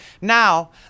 Now